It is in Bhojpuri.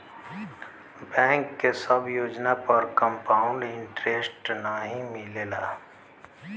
बैंक के सब योजना पर कंपाउड इन्टरेस्ट नाहीं मिलला